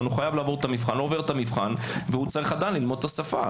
לא עובר את המבחן צריך ללמוד את השפה.